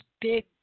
big